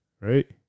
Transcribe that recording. right